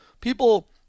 People